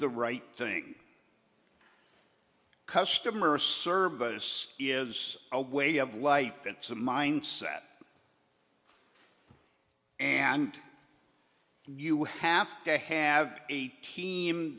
the right thing customer service is a way of life it's a mindset and you have to have a team